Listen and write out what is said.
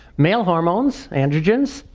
males hormones, androgens,